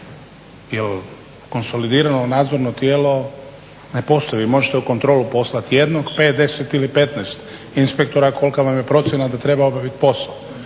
jer konsolidirano nadzorno tijelo ne postoji. Vi možete u kontrolu poslati 1, 5, 10 ili 15 inspektora, kolika vam je procjena da treba obaviti posao,